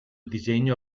disegno